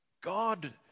God